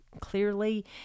clearly